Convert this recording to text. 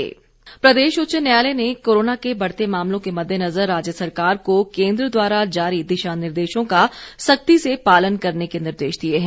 high court प्रदेश उच्च न्यायालय ने कोरोना के बढ़ते मामलों के मददेनजर राज्य सरकार को केंद्र द्वारा जारी दिशा निर्देशों का सख्ती से पालन करने के निर्देश दिए हैं